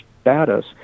status